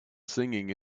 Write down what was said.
singing